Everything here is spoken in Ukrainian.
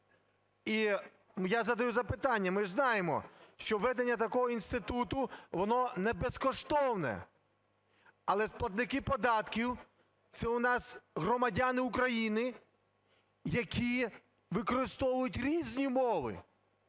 І я задаю запитання, ми ж знаємо, що введення такого інституту, воно не безкоштовне. Але платники податків, це у нас громадяни України, які використовують різні мови.